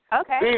Okay